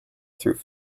through